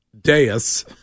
dais